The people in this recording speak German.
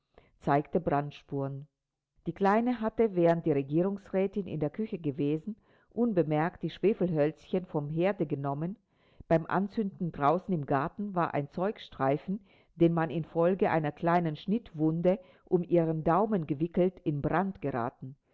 zeigte brandspuren die kleine hatte während die regierungsrätin in der küche gewesen unbemerkt die schwefelhölzchen vom herde genommen beim anzünden draußen im garten war ein zeugstreifen den man infolge einer kleinen schnittwunde um ihren daumen gewickelt in brand geraten